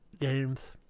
games